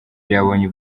byabonye